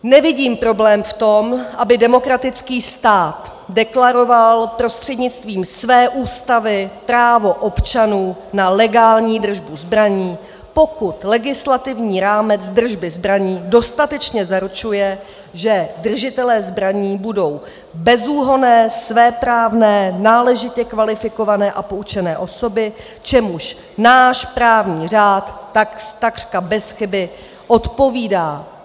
Nevidím problém v tom, aby demokratický stát deklaroval prostřednictvím své ústavy právo občanů na legální držbu zbraní, pokud legislativní rámec držby zbraní dostatečně zaručuje, že držitelé zbraní budou bezúhonné, svéprávné, náležitě kvalifikované a poučené osoby, čemuž náš právní řád takřka bez chyby odpovídá.